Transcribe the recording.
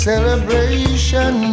Celebration